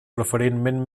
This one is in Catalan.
preferentment